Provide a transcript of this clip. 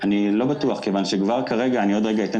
אני לא בטוח מכיוון שכבר כרגע עוד רגע אתן